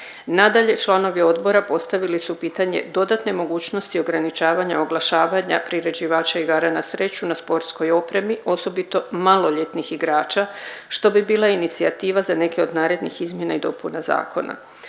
Nadalje, članovi odbora postavili su pitanje dodatne mogućnosti ograničavanja oglašavanja priređivača igara na sreću na sportskoj opremi, osobito maloljetnih igrača, što bi bila inicijativa za neke od narednih izmjena i dopuna zakona.